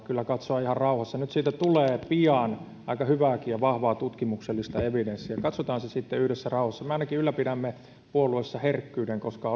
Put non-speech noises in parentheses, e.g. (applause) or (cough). katsoa ihan rauhassa nyt siitä tulee pian aika hyvää ja vahvaakin tutkimuksellista evidenssiä ja katsotaan se sitten yhdessä rauhassa me ainakin ylläpidämme puolueessa herkkyyden koska (unintelligible)